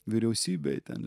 vyriausybei ten